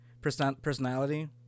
personality